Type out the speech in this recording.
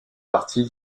partie